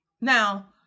Now